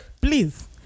please